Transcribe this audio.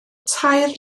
tair